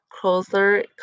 closer